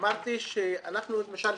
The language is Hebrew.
אמרתי שאנחנו למשל,